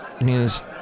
news